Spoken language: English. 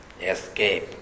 escape